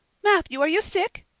matthew, are you sick?